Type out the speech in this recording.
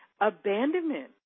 Abandonment